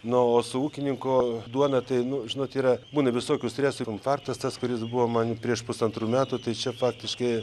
nu o su ūkininko duona tai nu žinot yra būna visokių stresų ir infarktas tas kuris buvo man prieš pusantrų metų tai čia faktiškai